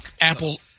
Apple